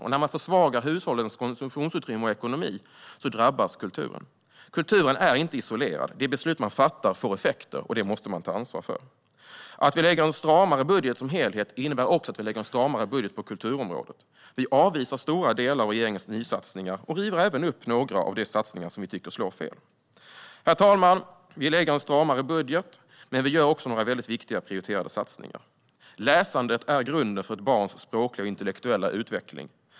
Och när man försvagar hushållens konsumtionsutrymme och ekonomi drabbas kulturen. Kulturen är inte isolerad. De beslut man fattar får effekter, och det måste man ta ansvar för. Att vi lägger fram en stramare budget som helhet innebär också att vi lägger fram en stramare budget på kulturområdet. Vi avvisar stora delar av regeringens nysatsningar och river även upp några av de satsningar som vi tycker slår fel. Herr talman! Vi lägger fram en stramare budget. Men vi gör också några väldigt viktiga och prioriterade satsningar. Läsandet är grunden för ett barns språkliga och intellektuella utveckling.